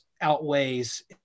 outweighs